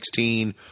2016